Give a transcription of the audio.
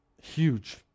huge